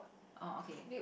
oh okay